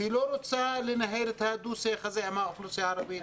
היא לא רוצה לנהל את הדו-שיח הזה עם האוכלוסייה הערבית,